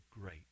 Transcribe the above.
great